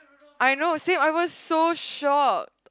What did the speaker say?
I know same I was so shocked